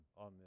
on